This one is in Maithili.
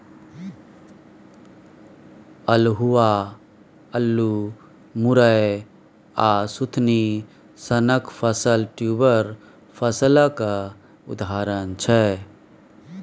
अल्हुआ, अल्लु, मुरय आ सुथनी सनक फसल ट्युबर फसलक उदाहरण छै